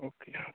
okay okay